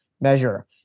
measure